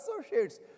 associates